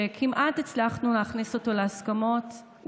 שכמעט הצלחנו להכניס אותו להסכמות,